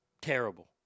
terrible